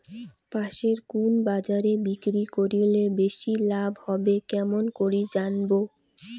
পাশের কুন বাজারে বিক্রি করিলে বেশি লাভ হবে কেমন করি জানবো?